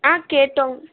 கேட்டோம்